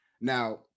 Now